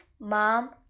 mom